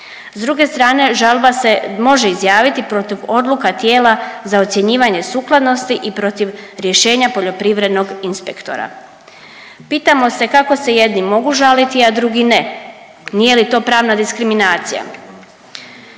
S druge strane žalba se može izjaviti protiv odluka tijela za ocjenjivanje sukladnosti i protiv rješenja poljoprivrednog inspektora. Pitamo se kako se jedni mogu žaliti, a drugi ne, nije li to pravna diskriminacija?